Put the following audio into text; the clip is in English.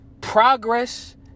Progress